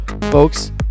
Folks